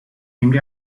named